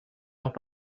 heure